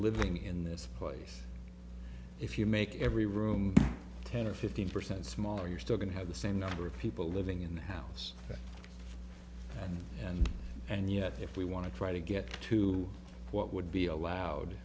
living in this place if you make every room ten or fifteen percent smaller you're still going to have the same number of people living in the house and and yet if we want to try to get to what would be